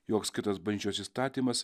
joks kitas bažnyčios įstatymas